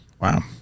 Wow